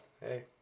hey